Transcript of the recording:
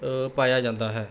ਪਾਇਆ ਜਾਂਦਾ ਹੈ